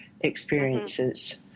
experiences